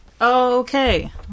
Okay